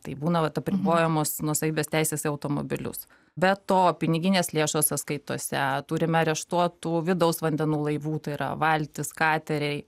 tai būna vat apribojamos nuosavybės teisės į automobilius be to piniginės lėšos sąskaitose turim areštuotų vidaus vandenų laivų tai yra valtys kateriai